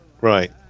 Right